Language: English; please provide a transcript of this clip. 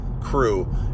crew